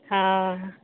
हँ